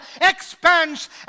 expands